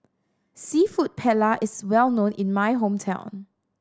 Seafood Paella is well known in my hometown